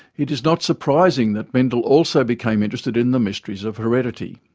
it is not surprising that mendel also became interested in the mysteries of heredity.